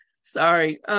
Sorry